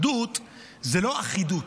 אחדות זה לא אחידות.